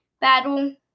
battle